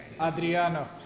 Adriano